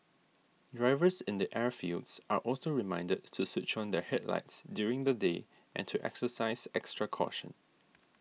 drivers in the airfields are also reminded to switch on their headlights during the day and to exercise extra caution